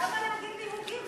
למה להגיד "ליהוגים"?